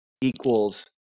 equals